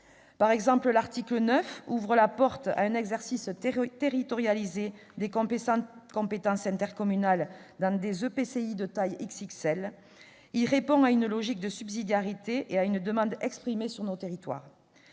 Par exemple, l'article 9 ouvre la porte à un exercice territorialisé des compétences intercommunales dans des EPCI de taille « XXL ». Il répond à une logique de subsidiarité et à une demande exprimée sur nos territoires.